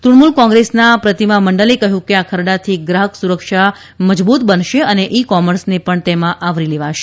તૃણમૂલ કોંગ્રેસના પ્રતિમા મંડલે કહ્યું કે આ ખરડાથી ગ્રાહક સુરક્ષા મજબૂત બનશે અને ઇ કોમર્સને પણ તેમાં આવરી લેવાશે